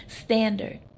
standard